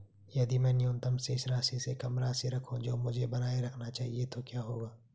यदि मैं न्यूनतम शेष राशि से कम राशि रखूं जो मुझे बनाए रखना चाहिए तो क्या होगा?